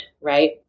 right